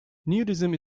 nudism